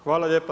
Hvala lijepa.